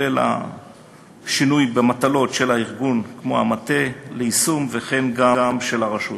כולל השינוי במטלות של הארגון כמו המטה ליישום וכן גם של הרשות.